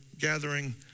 gathering